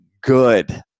good